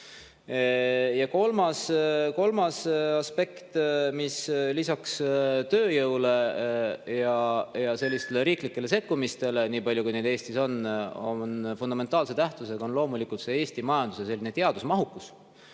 Ja kolmas aspekt, mis on lisaks tööjõule ja sellistele riiklikele sekkumistele – nii palju, kui neid Eestis on – fundamentaalse tähtsusega, on loomulikult Eesti majanduse teadusmahukus.